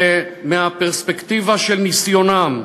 ומהפרספקטיבה של ניסיונם,